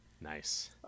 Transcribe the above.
nice